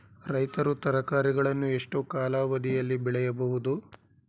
ರೈತರು ತರಕಾರಿಗಳನ್ನು ಎಷ್ಟು ಕಾಲಾವಧಿಯಲ್ಲಿ ಬೆಳೆಯಬಹುದು?